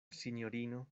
sinjorino